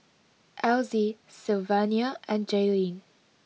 Elzy Sylvania and Jayleen